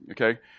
okay